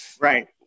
right